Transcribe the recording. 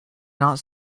not